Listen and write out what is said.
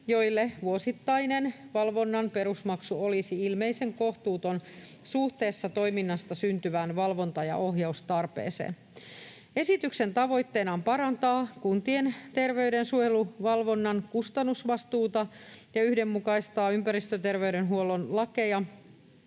joille vuosittainen valvonnan perusmaksu olisi ilmeisen kohtuuton suhteessa toiminnasta syntyvään valvonta- ja ohjaustarpeeseen. Esityksen tavoitteena on parantaa kuntien terveydensuojeluvalvonnan kustannusvastaavuutta ja yhdenmukaistaa ympäristöterveydenhuollon lakeja